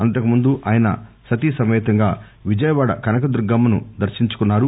అంతకుముందు ఆయన సతీ సమేతంగా విజయ వాడ కనక దుర్గమ్మను దర్శించుకున్నారు